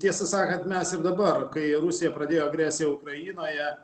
tiesą sakant mes ir dabar kai rusija pradėjo agresiją ukrainoje